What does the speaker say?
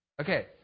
Okay